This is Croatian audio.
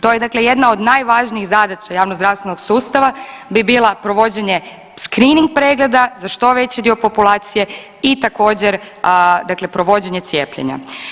To je dakle jedna od najvažnijih zadaća javnozdravstvenog sustava bi bila provođenje skrinning pregleda za što veći dio populacije i također dakle provođenje cijepljenja.